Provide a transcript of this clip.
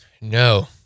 No